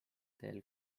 teel